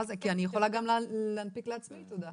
כי אני יכולה גם להנפיק לעצמי תעודה.